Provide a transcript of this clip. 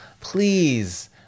Please